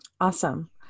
Awesome